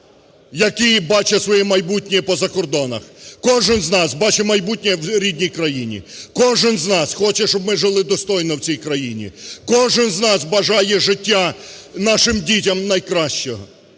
які бачать своє майбутнє по закордонах, кожен з нас бачить майбутнє в рідній країні. Кожен з нас хоче, щоб ми жили достойно в цій країні. Кожен з нас бажає життя нашим дітям найкращого.